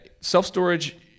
self-storage